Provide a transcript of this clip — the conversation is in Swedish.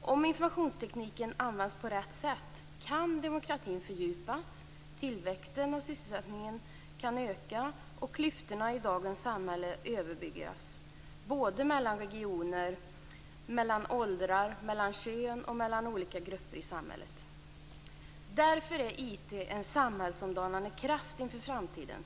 Om informationstekniken används på rätt sätt kan demokratin fördjupas, tillväxten och sysselsättningen kan öka och klyftorna i dagens samhälle överbryggas mellan regioner, mellan åldrar, mellan kön och mellan olika grupper i samhället. Därför är IT en samhällsomdanande kraft inför framtiden.